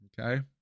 Okay